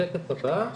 השקף הבא,